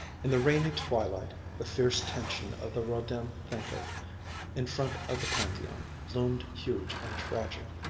in the rainy twilight the fierce tension of the rodin thinker in front of the pantheon loomed huge and tragic.